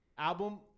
Album